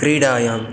क्रीडायां